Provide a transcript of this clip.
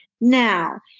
Now